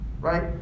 right